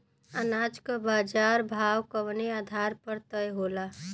अनाज क बाजार भाव कवने आधार पर तय होला?